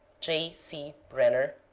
j. c. branner.